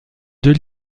deux